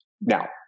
Now